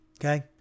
Okay